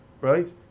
Right